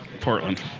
portland